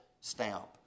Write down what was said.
stamp